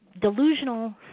delusional